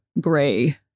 gray